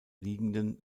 liegenden